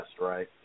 right